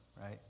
right